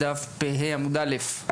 בדף פ"ה עמוד א',